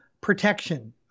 protection